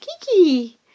Kiki